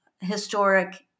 historic